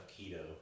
keto